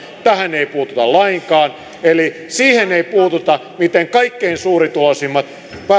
tähän ei puututa lainkaan eli siihen ei puututa miten kaikkein suurituloisimmat